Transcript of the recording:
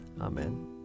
Amen